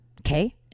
okay